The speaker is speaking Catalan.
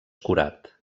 curat